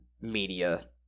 media